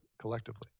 collectively